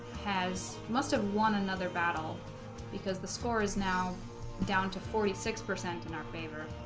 has must have won another battle because the score is now down to forty six percent in our favor